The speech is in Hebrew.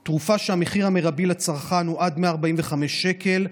על תרופה שהמחיר המרבי לצרכן הוא עד 145 שקלים,